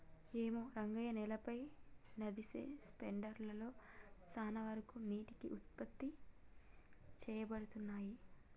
ఏమో రంగయ్య నేలపై నదిసె స్పెండర్ లలో సాన వరకు నీటికి ఉత్పత్తి సేయబడతున్నయి